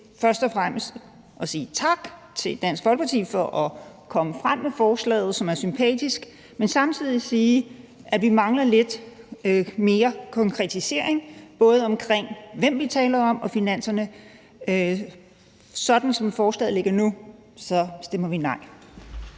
først og fremmest at sige tak til Dansk Folkeparti for at fremsætte forslaget, som er sympatisk, men samtidig sige, at vi mangler lidt mere konkretisering, med hensyn til både hvem vi taler om og finanserne. Sådan som forslaget ligger nu, stemmer vi nej